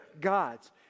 gods